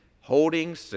holding